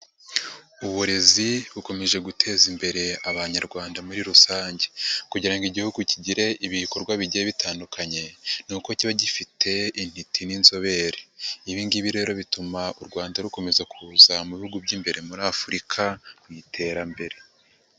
Uburezi bukomeje guteza imbere Abanyarwanda muri rusange, kugira ngo Igihugu kigire ibikorwa bigiye bitandukanye ni uko kiba gifite intiti n'inzobere, ibi ngibi rero bituma u Rwanda rukomeza kuza mu bihugu by'imbere muri Afurika mu iterambere.